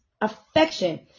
affection